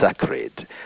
sacred